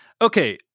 Okay